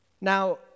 Now